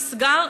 נסגר,